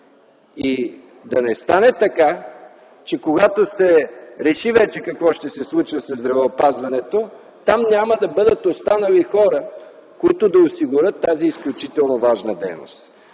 И да не стане така, че когато се реши вече какво ще се случва със здравеопазването, там няма да бъдат останали хора, които да осигурят тази изключително важна дейност.